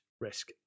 risk